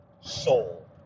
soul